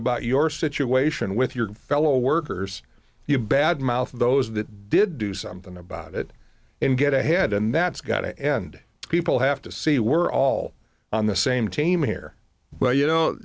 about your situation with your fellow workers you bad mouth of those that did do something about it and get ahead and that's got to end people have to see we're all on the same team here well you know